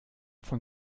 von